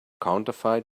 counterfeit